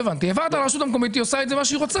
כאשר אתה מעביר לרשות המקומית היא עושה עם זה מה שהיא רוצה.